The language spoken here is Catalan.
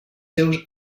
seus